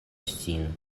sin